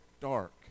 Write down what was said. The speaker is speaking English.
dark